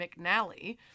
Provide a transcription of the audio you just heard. McNally